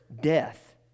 death